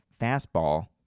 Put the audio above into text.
fastball